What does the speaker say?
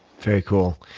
very cool.